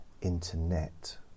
internet